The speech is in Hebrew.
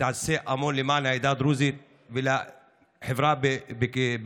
שתעשה המון למען העדה הדרוזית ולמען החברה בכללותה.